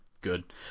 good